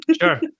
sure